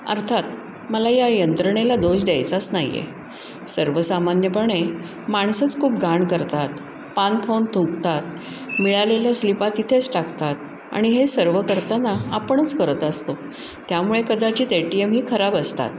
अर्थात मला या यंत्रणेला दोष द्यायचाच नाही आहे सर्वसामान्यपणे माणसंच खूप घाण करतात पान खाऊन थुंकतात मिळालेल्या स्लिपा तिथेच टाकतात आणि हे सर्व करताना आपणच करत असतो त्यामुळे कदाचित ए टी एमही खराब असतात